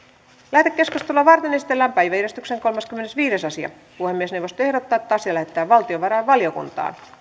lähetekeskustelua varten esitellään päiväjärjestyksen kolmaskymmenesviides asia puhemiesneuvosto ehdottaa että asia lähetetään valtiovarainvaliokuntaan